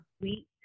Sweet